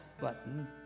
button